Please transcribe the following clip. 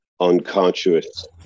unconscious